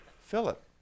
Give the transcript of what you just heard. Philip